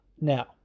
Now